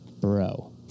Bro